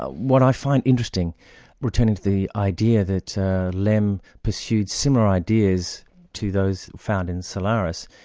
ah what i find interesting returning to the idea that lem pursued similar ideas to those found in solaris.